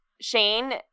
Shane